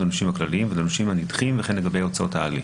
לנושים הכלליים ולנושים הנדחים וכן לגבי הוצאות ההליך.